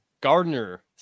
Gardner